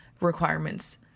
requirements